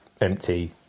empty